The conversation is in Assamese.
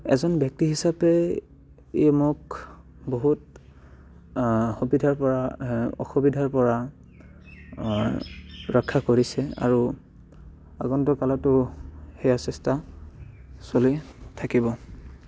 এজন ব্যক্তি হিচাপে ই মোক বহুত সুবিধাৰ পৰা অসুবিধাৰ পৰা ৰক্ষা কৰিছে আৰু আগন্তু কালতো সেয়া চেষ্টা চলি থাকিব